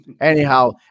anyhow